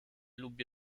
lubi